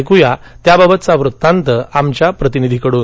ऐकूया त्याबाबतचा वृत्तांत आमच्या प्रतिनिधीकडून